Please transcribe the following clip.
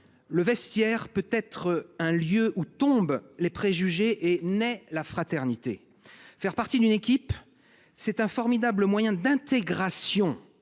Le vestiaire peut être cet endroit où tombent les préjugés et où naît la fraternité. Faire partie d’une équipe est un formidable moyen d’intégration